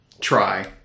try